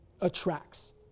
attracts